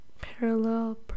Parallel